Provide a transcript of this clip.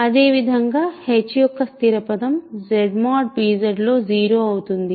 అదేవిధంగా h యొక్క స్థిర పదం Z mod p Z లో 0 అవుతుంది